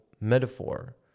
metaphor